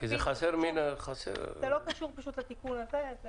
זה לא קשור לתיקון הזה.